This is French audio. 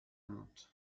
montre